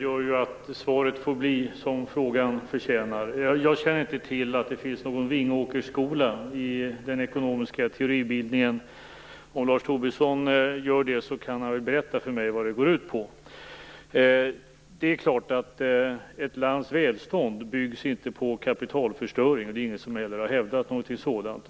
gör att svaret får bli som frågan förtjänar. Jag känner inte till att det finns någon Vingåkersskola i den ekonomiska teoribildningen. Om Lars Tobisson gör det kan han väl berätta för mig vad det går ut på. Ett lands välstånd byggs naturligtvis inte på kapitalförstöring, och det är ingen heller som har hävdat något sådant.